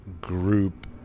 group